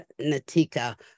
Natika